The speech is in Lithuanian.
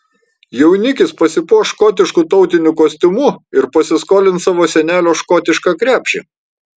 jaunikis pasipuoš škotišku tautiniu kostiumu ir pasiskolins savo senelio škotišką krepšį